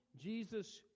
Jesus